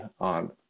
on